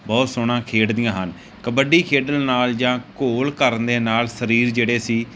ਬਹੁਤ ਸੋਹਣਾ ਖੇਡਦੀਆਂ ਹਨ ਕਬੱਡੀ ਖੇਡਣ ਨਾਲ ਜਾਂ ਘੋਲ ਕਰਨ ਦੇ ਨਾਲ ਸਰੀਰ ਜਿਹੜੇ ਸੀ